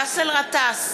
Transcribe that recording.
באסל גטאס,